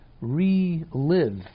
relive